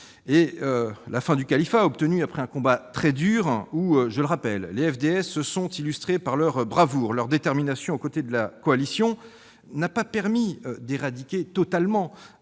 La fin du califat, obtenue après un combat très dur où les FDS se sont illustrées par leur bravoure et leur détermination aux côtés de la coalition, n'a pas permis d'éradiquer totalement